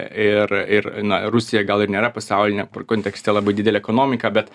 ir ir na rusija gal ir nėra pasauliniam kontekste labai didelė ekonomika bet